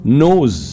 knows